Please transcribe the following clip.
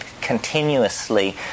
continuously